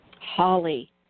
Holly